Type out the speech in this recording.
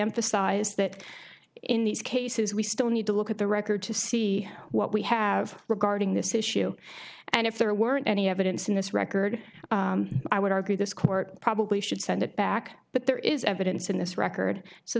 emphasized that in these cases we still need to look at the record to see what we have regarding this issue and if there weren't any evidence in this record i would argue this court probably should send it back but there is evidence in this record so